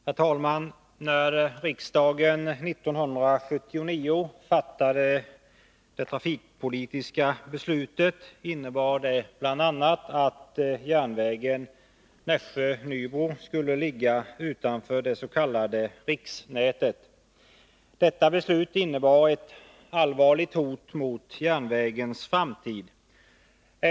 Herr talman! Riksdagens trafikpolitiska beslut 1979 innebar att järnvägen Nässjö-Nybro skulle ligga utanför det s.k. riksnätet. Det innebar ett allvarligt hot mot järnvägens framtid.